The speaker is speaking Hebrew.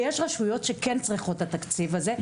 ויש רשויות שכן צריכות את התקציב הזה,